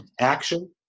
Action